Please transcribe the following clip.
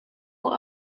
what